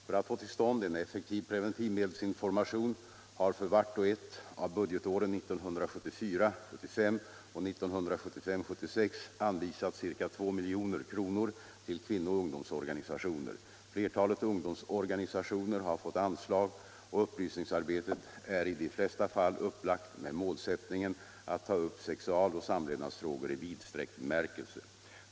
För att få till stånd en effektiv preventivmedelsinformation har för vart och ett av budgetåren 1974 76 anvisats ca 2 milj.kr. till kvinnooch ungdomsorganisationer. Flertalet ungdomsorganisationer har fått anslag, och upplysningsarbetet är i de flesta fall upplagt med målsättningen att ta upp sexualoch samlevnadsfrågor i vidsträckt bemärkelse.